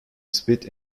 split